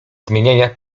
zmieniania